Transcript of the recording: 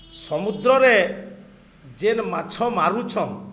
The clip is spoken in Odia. ସମୁଦ୍ରରେ ଯେନ୍ ମାଛ ମାରୁୁଛନ୍